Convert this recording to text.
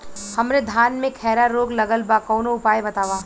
हमरे धान में खैरा रोग लगल बा कवनो उपाय बतावा?